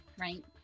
Right